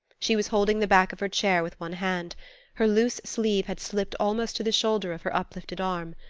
she was holding the back of her chair with one hand her loose sleeve had slipped almost to the shoulder of her uplifted arm.